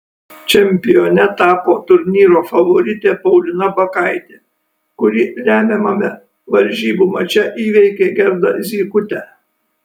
čempione tapo turnyro favoritė paulina bakaitė kuri lemiamame varžybų mače įveikė gerdą zykutę